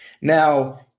Now